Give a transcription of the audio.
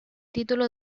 título